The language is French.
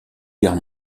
guerre